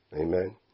Amen